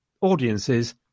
Audiences